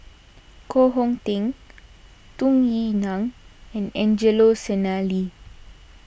Koh Hong Teng Tung Yue Nang and Angelo Sanelli